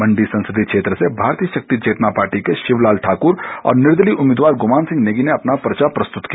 मण्डी संसदीय क्षेत्र से भारतीय शक्ति चेतना पार्टी के शिवलाल ठाकुर और निर्दलीय उम्मीदवार ग्रमान सिंह नेगी ने अपना पर्चा प्रस्तुत किया